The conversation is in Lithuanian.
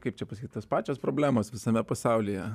kaip čia pasakyt tos pačios problemos visame pasaulyje